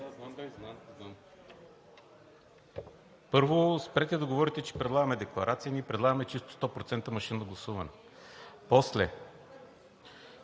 Първо, спрете да говорите, че предлагаме декларация. Ние предлагаме чисто 100% машинно гласуване. После,